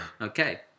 Okay